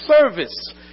service